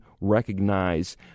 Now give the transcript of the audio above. recognize